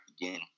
again